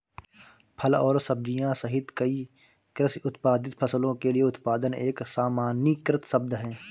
फल और सब्जियां सहित कई कृषि उत्पादित फसलों के लिए उत्पादन एक सामान्यीकृत शब्द है